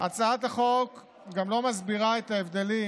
הצעת החוק גם לא מסבירה את ההבדלים